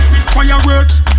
fireworks